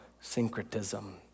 syncretism